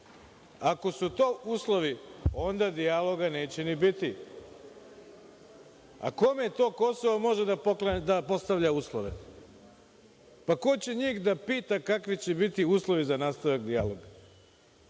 ako su to uslovi onda dijaloga neće ni biti. Kome to kosovo može da postavlja uslove? Ko će njih da pita kakvi će biti uslovi za nastavak dijaloga,